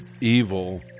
evil